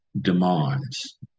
demise